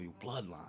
bloodline